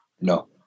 No